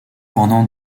pendant